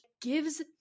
gives